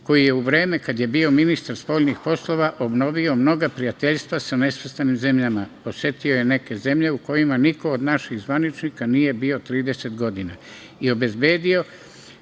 koji je u vreme kada je bio ministar spoljnih poslova obnovio mnoga prijateljstva sa nesvrstanim zemljama, posetio je neke zemlje u kojima niko od naših zvaničnika nije bio 30 godina i obezbedio